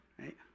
right